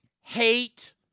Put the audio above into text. hate